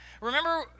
Remember